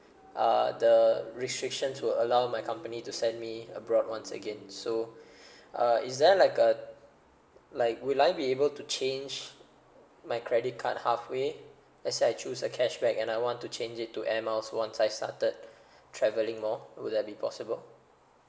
uh the restrictions will allow my company to send me abroad once again so uh is there like a like will I be able to change my credit card halfway as I choose the cashback and I want to change it to air miles once I started traveling more would that be possible